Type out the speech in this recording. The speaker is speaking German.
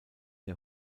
der